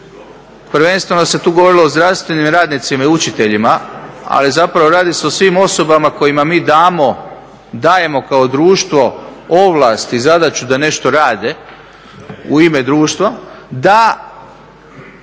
prvenstveno se tu govorilo o zdravstvenim radnicima i učiteljima, ali zapravo radi se o svim osobama kojima mi dajemo kao društvo ovlast i zadaću da nešto rade u ime društva da